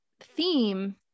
theme